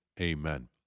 Amen